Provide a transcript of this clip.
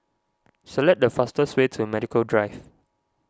select the fastest way to Medical Drive